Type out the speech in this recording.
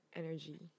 energy